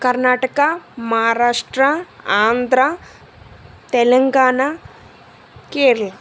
Karnataka Maharashtra Andhra Telangana Kerala